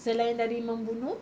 selain dari membunuh